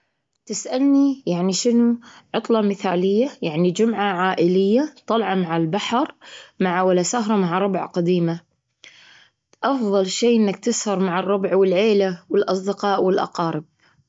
تسألني يعني شنو عطلة مثالية؟ يعني جمعة عائلية، طالعة مع البحر، مع ولا سهرة مع ربع قديمة. أفضل شيء أنك تسهر مع الربع والعيلة، والأصدقاء والأقارب.